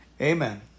Amen